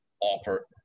offer